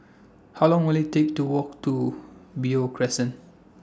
How Long Will IT Take to Walk to Beo Crescent